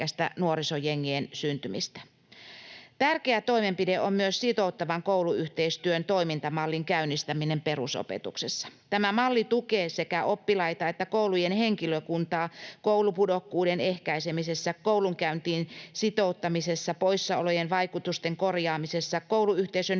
Tärkeä toimenpide on myös sitouttavan kouluyhteistyön toimintamallin käynnistäminen perusopetuksessa. Tämä malli tukee sekä oppilaita että koulujen henkilökuntaa koulupudokkuuden ehkäisemisessä, koulunkäyntiin sitouttamisessa, poissaolojen vaikutusten korjaamisessa, kouluyhteisön